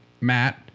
Matt